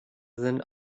than